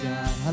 God